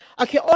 Okay